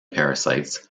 parasites